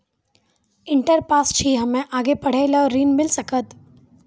Inter pass छी हम्मे आगे पढ़े ला ऋण मिल सकत?